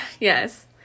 Yes